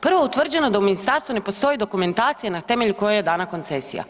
Prvo, utvrđeno je da u ministarstvu ne postoji dokumentacija na temelju koje je dana koncesija.